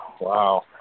Wow